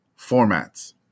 formats